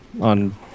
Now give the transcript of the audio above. on